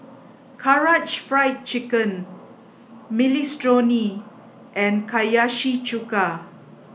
Karaage Fried Chicken Minestrone and Hiyashi chuka